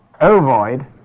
ovoid